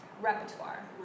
repertoire